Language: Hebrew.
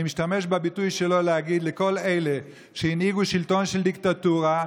אני משתמש בביטוי שלו מול כל אלה שהנהיגו שלטון של דיקטטורה,